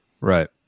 Right